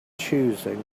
choosing